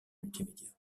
multimédia